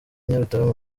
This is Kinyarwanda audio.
nyarutarama